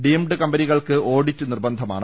deemed കമ്പനികൾക്ക് audit നിർബ ന്ധമാണ്